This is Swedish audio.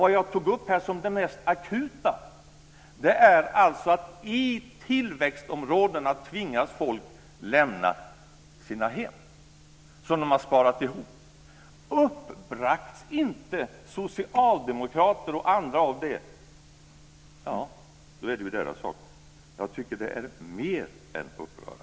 Det jag tog upp som det mest akuta är att folk i tillväxtområdena tvingas lämna sina hem, som de har sparat ihop till. Blir inte socialdemokrater och andra uppbragta av det, då är det deras sak. Jag tycker det är mer än upprörande.